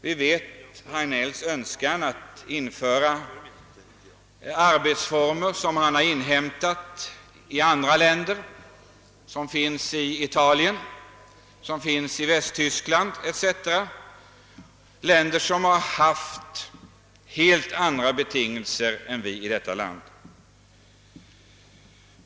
Vi känner till herr Hagnells önskan att införa arbetsformer som han sett i andra länder, t.ex. Italien och Västtyskland, länder som haft helt andra betingelser än vi.